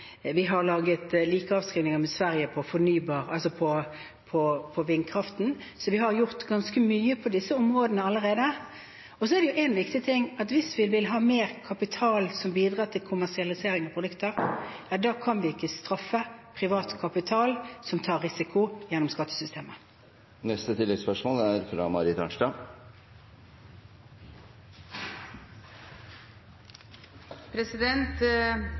laget samme avskrivninger på vindkraften som Sverige har, så vi har gjort ganske mye på disse områdene allerede. Så er det én viktig ting: Hvis vi vil ha mer kapital som bidrar til kommersialisering av produkter, kan vi ikke gjennom skattesystemet straffe privat kapital som tar risiko. Marit Arnstad – til oppfølgingsspørsmål. Det blir ofte fokusert på den store utfordringen som klimautslippene er.